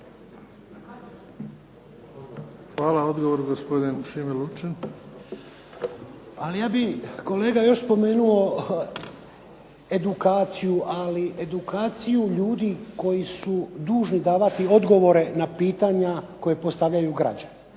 Hvala. Odgovor gospodin Šime Lučin. **Lučin, Šime (SDP)** Ali ja bih kolega još spomenuo edukaciju, ali edukaciju ljudi koji su dužni davati odgovore na pitanja koja postavljaju građani.